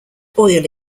oil